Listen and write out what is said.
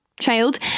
child